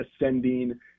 ascending